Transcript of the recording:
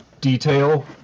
detail